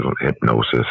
hypnosis